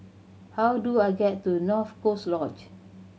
how do I get to North Coast Lodge